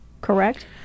Correct